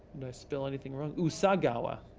did i spell anything wrong? usagawa,